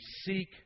seek